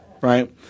right